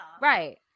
Right